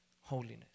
holiness